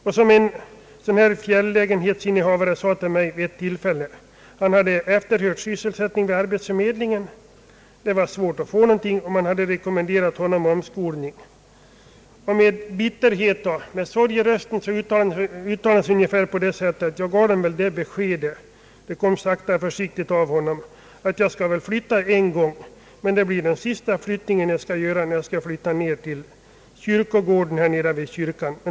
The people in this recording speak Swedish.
Och som en sådan fjällägenhetsinnehavare sade till mig vid ett tillfälle, sedan han efterhört sysselsättning vid arbetsförmedlingen och det visat sig att det var svårt att få någonting varför man hade rekommenderat honom omskolning: Jag gav dem väl det beskedet — det kom sakta och försiktigt av honom och med bitterhet och sorg i rösten — att jag skall väl flytta en gång, men det blir den sista flyttningen som jag gör när jag skall flytta ned till kyrkogården.